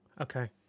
Okay